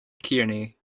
kearney